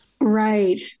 Right